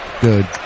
good